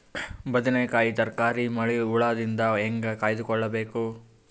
ಬದನೆಕಾಯಿ ತರಕಾರಿ ಮಳಿ ಹುಳಾದಿಂದ ಹೇಂಗ ಕಾಯ್ದುಕೊಬೇಕು?